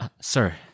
Sir